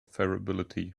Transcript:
favorability